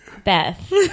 Beth